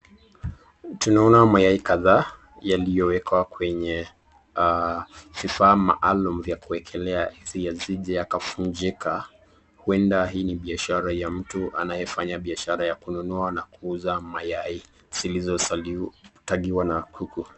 Tunaona mayai kadhaa yaliyowekwa kwenye vifaa maalum ya kuekelea yasije yakavunjika. Huenda hii ni biashara ya mtu anayefanya biashara ya kununua na kuuza mayai zilizotagiwa na kuku.